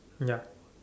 ya